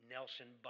Nelson